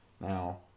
now